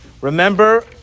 Remember